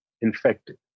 infected